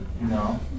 no